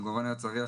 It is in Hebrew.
עגורני הצריח,